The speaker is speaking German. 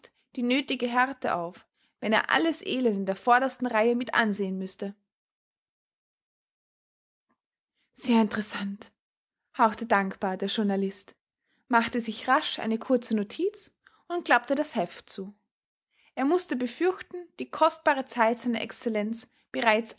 die nötige härte auf wenn er alles elend in der vordersten reihe mitansehen müßte sehr interessant hauchte dankbar der journalist machte sich rasch eine kurze notiz und klappte das heft zu er mußte befürchten die kostbare zeit seiner excellenz bereits